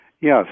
Yes